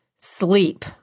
sleep